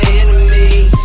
enemies